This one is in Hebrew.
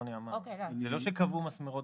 אין פה קביעת מסמרות,